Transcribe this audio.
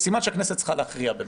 סימן שהכנסת צריכה להכריע במשהו,